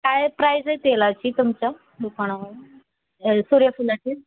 काय प्राईज आहे तेलाची तुमच्या दुकानावर सूर्यफुलाची